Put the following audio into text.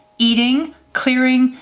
eating, clearing,